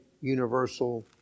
universal